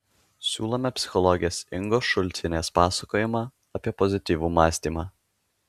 siūlome psichologės ingos šulcienės pasakojimą apie pozityvų mąstymą